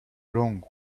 wrong